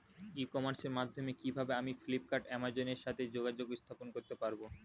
ই কমার্সের মাধ্যমে কিভাবে আমি ফ্লিপকার্ট অ্যামাজন এর সাথে যোগাযোগ স্থাপন করতে পারব?